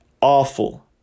awful